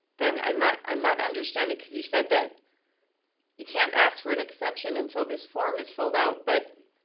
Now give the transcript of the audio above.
then i'm not i'm not understanding, cause you said that you can't ask for an exemption until this form is filled out, but